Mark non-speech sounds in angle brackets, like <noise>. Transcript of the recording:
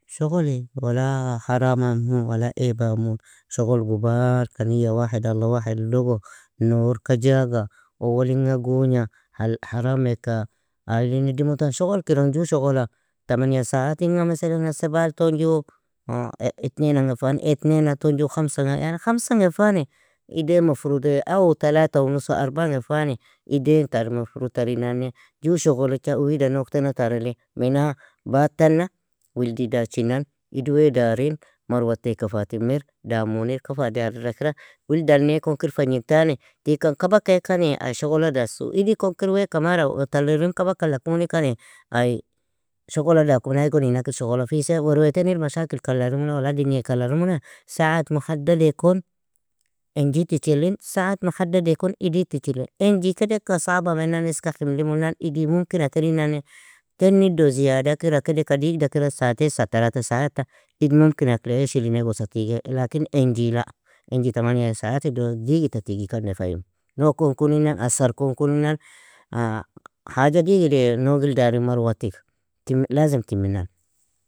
Shogoli wala haramaimu wala eabaaimu. Shogol gubaalka نية واحد, الله واحد logo, norka jaga, owalinga gogna, hal harameka ailin idimutan, shogolk iron ju shogola, تمنية ساعات inga masalana, sebal ton juu etnainanga fany, etnaina ton juu khamsanga, yan khamsanga fany, idain mafrude, او تلاتة ونص arbange fany, idain tari mafrud tarinan, Ju shogolecha wida nougtana taralin, minaa bad tanna, wildi dachinan, idwea darin, marwateaka fa timir, damunika fa adi allida kira, wild ane kon kir fagnin tani, tigkan kaba ka ikani ay shogola das, idikon kir weaka mara, talao irim kaba ka allakumuni ikani ay shogola dakumene ay gon inakil shogolafise werwea tenil mashakilka allarimunea, wala dingieaka allarimunea, saat muhaddeakon enji tichelin, saat muhadd eakon idi tichelin. Enji kedeka saaba menan eska himlimunan idi mumkina terinanne, teni do ziyada kira kede ka digda kira. ساعتين saa تلاتة saatta idd mumkina akli ishilina igosa tige, لكن enji لا, enji تمانية ساعات ido digita tigjika nefaymu. Noug kon kuninan, asar kon kuninan <hesitation> haja digid wea nougil dari maruwatik, timm lazim timminan.